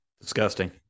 Disgusting